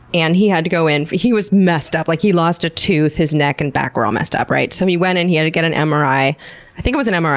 and he had to go in. he was messed up, like he lost a tooth, his neck and back were all messed up, right? so, he went and he had to get an um mri i i think it was an mri,